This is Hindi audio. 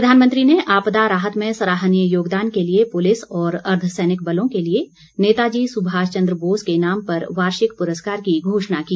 प्रधानमंत्री ने आपदा राहत में सराहनीय योगदान के लिए पूलिस और अर्द्दसैनिक बलों के लिए नेताजी सुभाष चंद्र बोस के नाम पर वार्षिक पुरस्कार की घोषणा की